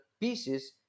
pieces